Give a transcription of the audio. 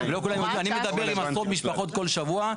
אני מדבר עם משפחות כל שבוע.